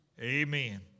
Amen